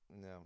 no